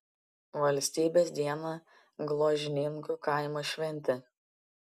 valstybės dieną gruožninkų kaimo šventė